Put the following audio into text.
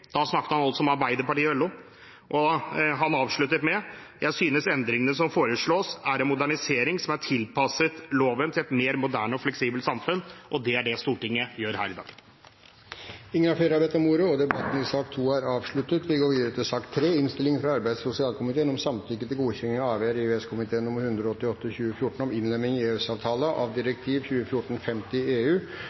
Da snakket han altså om Arbeiderpartiet og LO, og han fortsatte med: jeg synes endringene som foreslås er en modernisering som tilpasser loven til et mer moderne og fleksibelt samfunn». Det er det Stortinget gjør her i dag. Flere har ikke bedt om ordet til sak nr. 2. Etter ønske fra arbeids- og sosialkomiteen vil presidenten foreslå at taletiden begrenses til 5 minutter til hver partigruppe og 5 minutter til medlem av